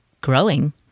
growing